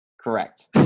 Correct